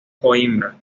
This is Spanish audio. coimbra